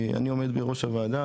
אני עומד בראש הוועדה,